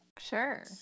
Sure